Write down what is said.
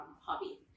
hobby